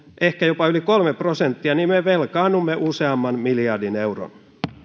ehkä jopa yli kolme prosenttia me velkaannumme useamman miljardin euron